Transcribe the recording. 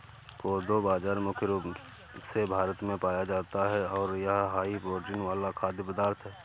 कोदो बाजरा मुख्य रूप से भारत में पाया जाता है और यह हाई प्रोटीन वाला खाद्य पदार्थ है